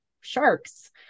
sharks